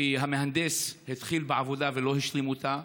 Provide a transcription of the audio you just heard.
כי המהנדס התחיל בעבודה ולא השלים אותה,